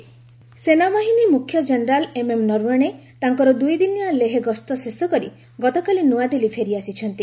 army chief LAC ସେନାବାହିନୀ ମୁଖ୍ୟ general MM Naravane ତାଙ୍କର ଦୁଇଦିନିଆ ଲେହ ଗସ୍ତ ଶେଷ କରି ଗତକାଲି ନୂଆଦିଲ୍ଲୀ ଫେରିଆସିଛନ୍ତି